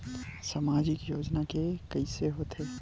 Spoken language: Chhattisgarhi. सामाजिक योजना के कइसे होथे?